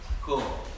Cool